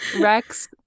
rex